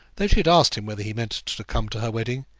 though she had asked him whether he meant to come to her wedding,